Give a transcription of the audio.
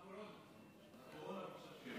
הקורונה ביקשה שמית.